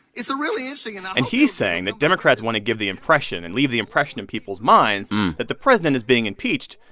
it's a really interesting. and and he's saying that democrats want to give the impression and leave the impression in people's minds that the president is being impeached,